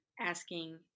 asking